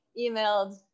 emailed